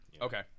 Okay